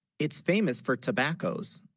its famous for tobacco's